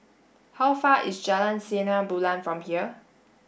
how far away is Jalan Sinar Bulan from here